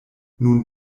nun